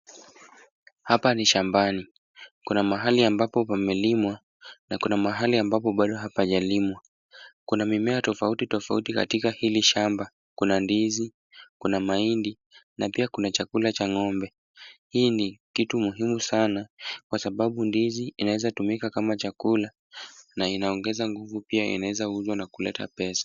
Hapa ni shambani, kuna mahali ambapo pamelimwa, na kuna mahali ambapo bado hapajalimwa, kuna mimea tofauti tofauti katika hili shamba. Kuna ndizi, kuna mahindi na pia kuna chakula cha ng'ombe. Hili ni kitu muhimu sana, kwa sababu ndizo inaweza tumika kama chakula na inaongeza nguvu pia inaweza uzwa na kuleta pesa.